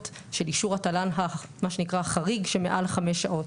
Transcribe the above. של אישור התל"ן החריג של מעל חמש שעות,